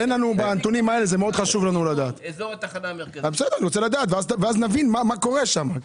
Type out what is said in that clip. זה מאוד חשוב לנו לדעת, ואז נבין מה קורה שם.